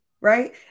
right